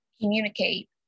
communicate